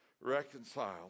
reconciled